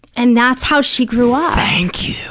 and that's how she grew up. thank you.